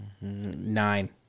nine